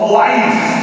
life